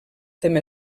tema